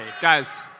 Guys